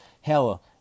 Hell